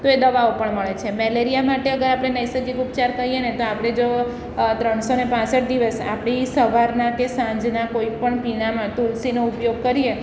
તો એ દવાઓ પણ મળે છે મેલેરિયા માટે અગર આપણે નૈસર્ગિક ઉપચાર કહીએ ને તો આપણે જો ત્રણસો ને પાંસઠ દિવસ આપણી સવારના કે સાંજના કોઈપણ પીણાંમાં તુલસીનો ઉપયોગ કરીએ